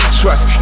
trust